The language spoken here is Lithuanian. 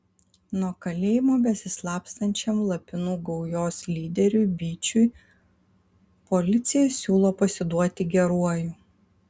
nuo kalėjimo besislapstančiam lapinų gaujos lyderiui byčiui policija siūlo pasiduoti geruoju